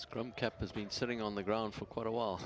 scrum kept has been sitting on the ground for quite a while